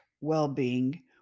well-being